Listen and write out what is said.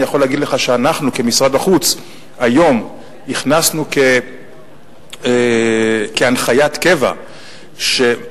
אני יכול להגיד לך שאנחנו במשרד החוץ היום הכנסנו כהנחיית קבע שמערכת